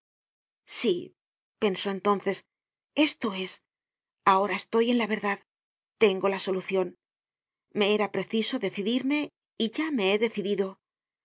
sí pensó entonces esto es ahora estoy en la verdad tengo la solucion me era preciso decidirme y ya me he decidido